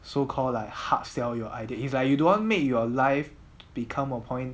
so call like hard sell your idea is like you don't want make your life become a point